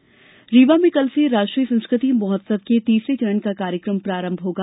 संस्कृति महोत्सव रीवा में कल से राष्ट्रीय संस्कृति महोत्सव के तीसरे चरण का कार्यक्रम प्रारंभ होगा